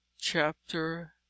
chapter